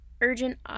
Urgent